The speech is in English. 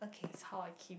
it's how I keep